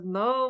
no